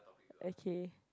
okay